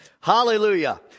hallelujah